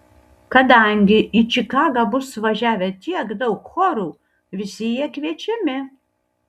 kadangi į čikagą bus suvažiavę tiek daug chorų visi jie kviečiami